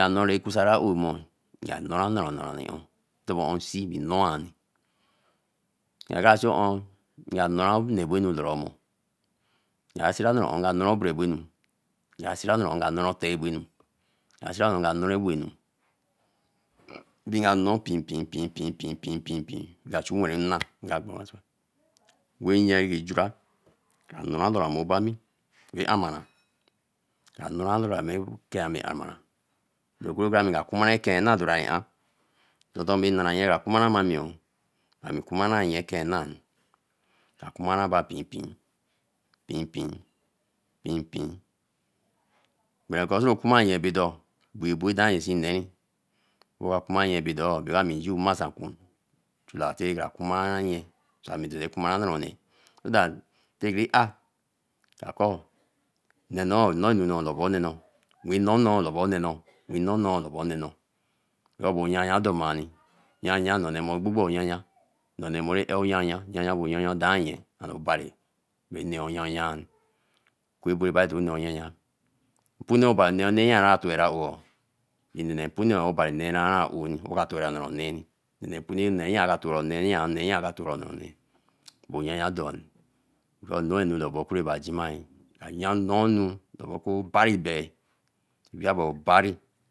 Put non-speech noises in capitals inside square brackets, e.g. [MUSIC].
A no ra kusan aowe momo, nga noora nare on, tabe on insee ami noor. nkara see on nga noora bini abonu amore, nga see ra abara-on nga noora bra bae nu, nga see ra anera-on nga noora otar abo nu, nga see anora-on nga noora ewo anu, binga noor pein pein pein pein pein, nga chu wen nna nga gwan osuun. wey nyen bra jurah, kra noora kra abo ami ra amar, kra noora bra [HESITATION] ke amara. oku ami ma kuma eken na domarian, ma narayen ba kuma amiyen, amikuman yan nye eken nna, kra kume ami, ami dara koma nnarone so that tay kin ah, ka kor nne noo in nee anu noor lobo ye, nnoo lobo neno, noo anu noo lobo neno, nneo noo lobo neno, nnee noo lobo neeno. babo yayan debaeni, o'gbobu oyanya, yanyan bay anu adanyen and ebari bae nee eyanyan. Npuni ebari anee awoo, o ka tora nonee, yan ka tora nonee, bae yan yan dowe, obari